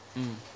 mm